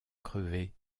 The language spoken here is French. crever